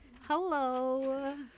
hello